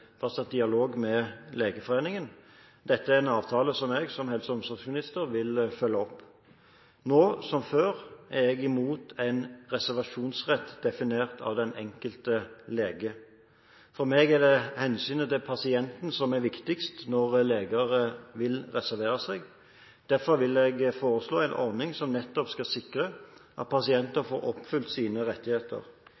fastsatt dialog med Legeforeningen. Dette er en avtale som jeg, som helse- og omsorgsminister, vil følge opp. Nå som før er jeg mot en reservasjonsrett definert av den enkelte lege. For meg er det hensynet til pasienten som er viktigst når leger vil reservere seg. Derfor vil jeg foreslå en ordning som nettopp skal sikre at